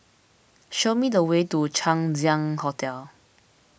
show me the way to Chang Ziang Hotel